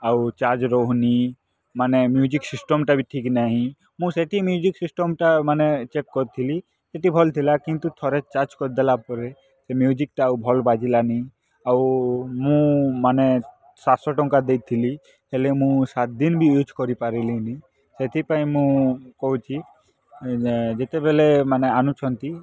ଆଉ ଚାର୍ଜ ରହୁନି ମାନେ ମ୍ୟୁଜିକ୍ ସିସ୍ଟମ୍ଟା ବି ଠିକ୍ ନାହିଁ ମୁଁ ସେଠି ମ୍ୟୁଜିକ୍ ସିସ୍ଟମ୍ଟା ମାନେ ଚେକ୍ କରିଥିଲି ଟିକେ ଭଲ ଥିଲା କିନ୍ତୁ ଥରେ ଚାର୍ଜ କରିଦେଲା ପରେ ସେ ମ୍ୟୁଜିକ୍ଟା ଆଉ ଭଲ ବାଜିଲାନି ଆଉ ମୁଁ ମାନେ ସାତ ଶହ ଟଙ୍କା ଦେଇଥିଲି ହେଲେ ମୁଁ ସାତ ଦିନ ବି ୟୁଜ୍ କରିପାରିଲିନି ସେଥିପାଇଁ ମୁଁ କହୁଛି ଯେତେବେଲେ ମାନେ ଆନୁଛନ୍ତି